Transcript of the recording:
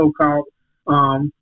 so-called